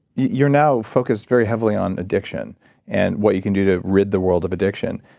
you're now focus very heavily on addiction and what you can do to rid the world of addiction.